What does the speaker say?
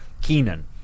Keenan